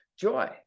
joy